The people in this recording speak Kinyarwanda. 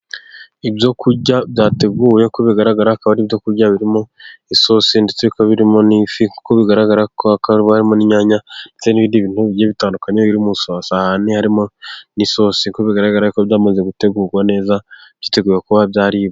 Ibyo kurya byateguwe，nk'uko bigaragara akaba ari ibyo kurya birimo isosi，ndetse bikaba birimo n'ifi， nk'uko bigaragara hakaba harimo n' inyanya ndetse n'ibindi bintu bigiye bitandukanye birimo isosi， ahandi harimo n'isosi nk'uko bigaragara ko byamaze gutegurwa neza， byiteguye kuba byaribwa.